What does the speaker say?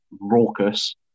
raucous